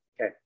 okay